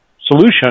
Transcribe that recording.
solution